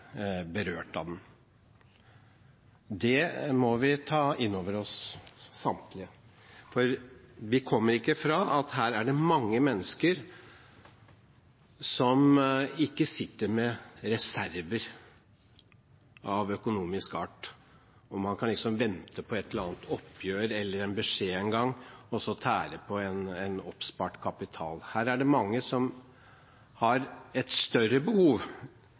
den. Det må vi, samtlige av oss, ta inn over oss. Vi kommer ikke bort fra at her er det mange mennesker som ikke sitter med reserver av økonomisk art, hvor man kan vente på et eller annet oppgjør eller en beskjed en gang og så tære på en oppspart kapital. Her er det mange som har et større behov